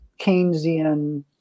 Keynesian